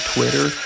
Twitter